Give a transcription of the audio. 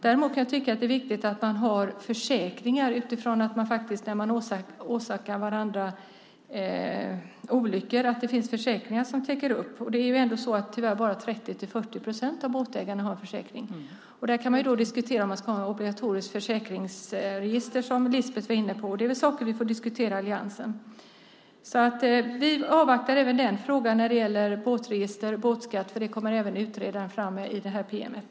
Däremot kan jag tycka att det är viktigt att man har försäkringar som täcker upp när man åsamkar olyckor. Det är tyvärr bara 30-40 procent av båtägarna som har försäkring. Där kan man diskutera om det ska finnas obligatorisk försäkring, som Lisbeth var inne på. Det är saker som vi får diskutera inom alliansen. Vi avvaktar även i frågan om båtskatt. Den kommer utredaren att ta upp i pm:et.